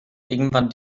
irgendwann